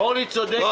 שום דבר...